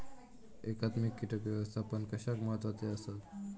एकात्मिक कीटक व्यवस्थापन कशाक महत्वाचे आसत?